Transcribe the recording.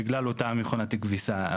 בגלל אותה מכונת כביסה.